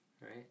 Right